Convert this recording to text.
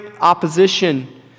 opposition